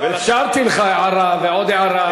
אפשרתי לך הערה ועוד הערה.